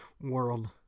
world